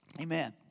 Amen